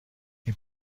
این